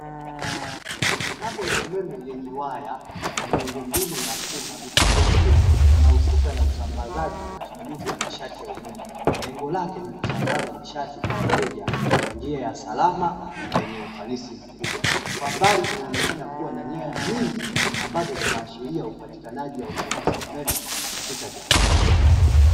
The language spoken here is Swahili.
Mitambo ya umeme yenye waya na miundombinu ya chuma, mitambo hiyo inahusuka na usambazaji na usimamizi wa nishati ya umeme, lengo lake ni kusambaza nishati kwa wateja kwa njia ya salama na yenye ufanisi mkubwa. Kwa mbali kunaoneka kuwa na nyaya nyingi ambazo zinazoashiria upatikanaji wa huduma za umeme katika jamii.